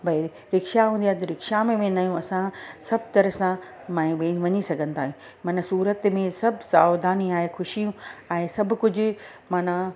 भाई रिक्शा हूंदी आहे त रिक्शा में वेंदा आहियूं असां सभु तरह सां माई वेही वञी सघनि था माना सूरत में सभ सावधानी आहे ख़ुशियूं आहे सभु कुझु माना